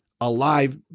alive